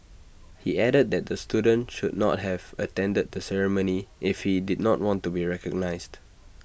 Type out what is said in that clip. he added that the student should not have attended the ceremony if he did not want to be recognised